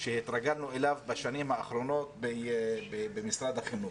שהתרגלנו אליו בשנים האחרונות במשרד החינוך.